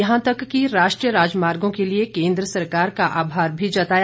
यहां तक कि राष्ट्रीय राजमार्गों के लिए केन्द्र सरकार का आभार भी जताया